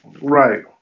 Right